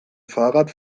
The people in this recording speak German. fahrrad